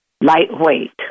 lightweight